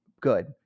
Good